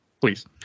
Please